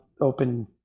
open